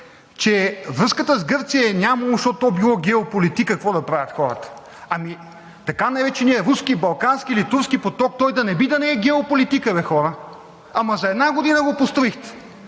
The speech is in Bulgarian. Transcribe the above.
че връзката с Гърция я нямало, защото то било геополитика, какво да правят хората?! Ами, така нареченият руски, балкански или турски поток да не би да не е геополитика бе, хора! Ама за една година го построихте.